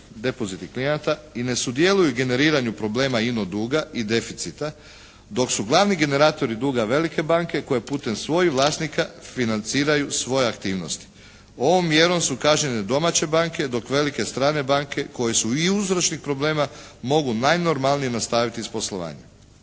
i ne sudjeluju u generiranju problema ino duga i deficita dok su glavni generatori duga velike banke koje putem svojih vlasnika financiraju svoje aktivnosti. Ovom mjerom su kažnjene domaće banke dok velike strane banke koje su i uzročnik problema mogu najnormalnije nastaviti s poslovanjem.